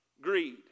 Greed